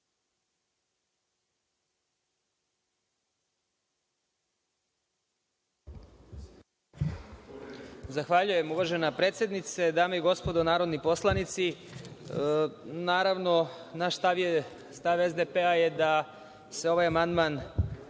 Zahvaljujem, uvažena predsednice. Dame i gospodo narodni poslanici, naravno, naš stav, stav SDPS je da se ovaj amandman